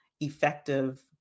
effective